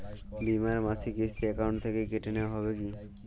বিমার মাসিক কিস্তি অ্যাকাউন্ট থেকে কেটে নেওয়া হবে কি?